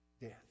death